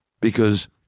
because-